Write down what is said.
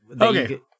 Okay